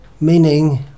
meaning